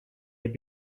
had